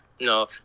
No